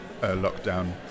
lockdown